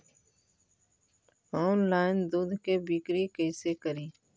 Online दुध के बिक्री कैसे करि?